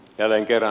jälleen kerran